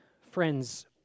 Friends